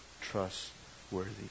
trustworthy